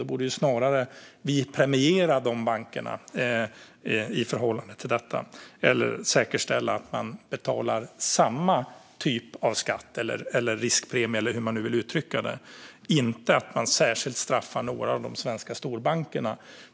Då borde vi snarare premiera de bankerna eller i alla fall säkerställa att man betalar samma typ av skatt, riskpremie eller hur vi nu vill uttrycka det. Vi ska inte särskilt straffa några av de svenska storbankerna.